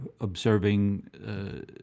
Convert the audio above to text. observing